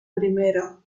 primero